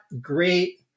great